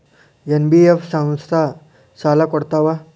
NBF ಸಂಸ್ಥಾ ಸಾಲಾ ಕೊಡ್ತಾವಾ?